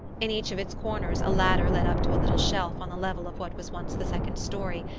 in each of its corners a ladder led up to a little shelf on the level of what was once the second story,